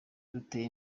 duteye